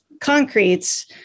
concretes